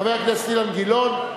חבר הכנסת אילן גילאון,